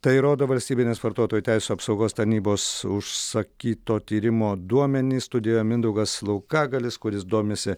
tai rodo valstybinės vartotojų teisių apsaugos tarnybos užsakyto tyrimo duomenys studijoje mindaugas laukagalis kuris domisi